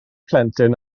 plentyn